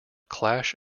clash